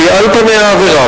שהיא על פניה עבירה.